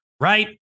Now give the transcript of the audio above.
Right